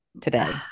today